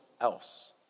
else